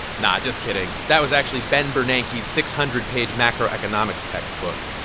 nah, just kidding. that was actually ben bernanke's six hundred page macroeconomics textbook.